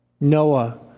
Noah